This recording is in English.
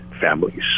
families